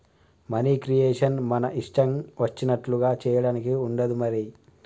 money creation మన ఇష్టం వచ్చినట్లుగా చేయడానికి ఉండదు మరి